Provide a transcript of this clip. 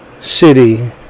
city